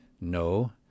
No